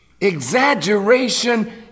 Exaggeration